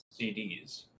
CDs